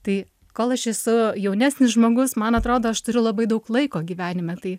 tai kol aš esu jaunesnis žmogus man atrodo aš turiu labai daug laiko gyvenime tai